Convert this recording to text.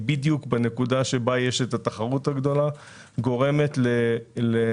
בדיוק בנקודה שבה יש את התחרות הגדולה גורמת לזליגה